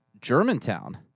Germantown